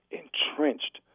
entrenched